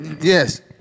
Yes